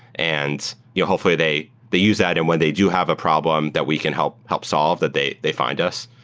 and yeah hopefully they they use that, and when they do have a problem that we can help help solve, that day they find us.